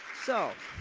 so,